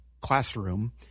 classroom